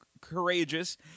courageous